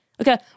Okay